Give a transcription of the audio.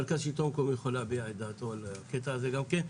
מרכז השלטון יכול להביא את דעתו על הקטע הזה גם כן.